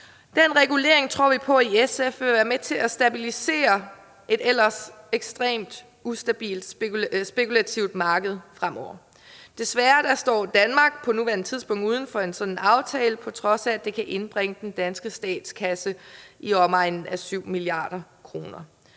Den regulering tror vi i SF vil være med til at stabilisere et ellers ekstremt ustabilt spekulativt marked fremover. Desværre står Danmark på nuværende tidspunkt uden for en sådan aftale, på trods af at det kan indbringe den danske statskasse i omegnen af 7 mia. kr.